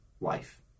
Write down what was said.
life